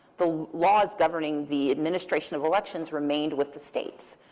the laws governing the administration of elections, remained with the states.